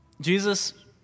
Jesus